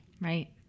Right